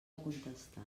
contestar